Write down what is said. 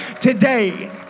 today